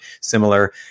similar